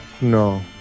No